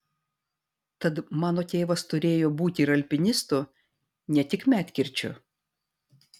tad mano tėvas turėjo būti ir alpinistu ne tik medkirčiu